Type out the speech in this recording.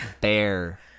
bear